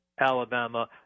Alabama